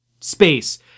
space